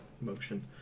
motion